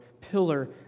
pillar